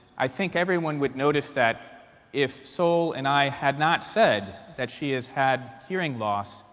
i think everyone would notice that if sol and i had not said that she has had hearing loss,